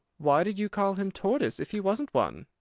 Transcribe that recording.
why did you call him tortoise, if he wasn't one?